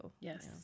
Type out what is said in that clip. yes